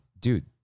Dude